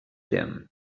them